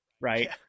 right